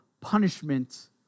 punishment